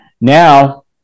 Now